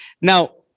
Now